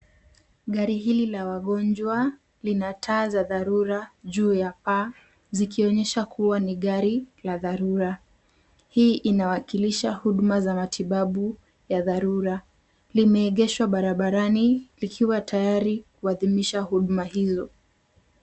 Gari hili la wagonjwa lina taa za dharura juu ya paa, zikionyesha kuwa ni gari ya dharura. Hii inawakilisha huduma za matibabu ya dharura. Limeengeshwa barabarani likiwa tayari kuadhimisha huduma hizo.